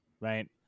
Right